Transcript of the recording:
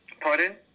Pardon